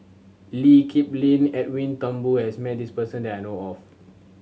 Lee Kip Lin and Edwin Thumboo has met this person that I know of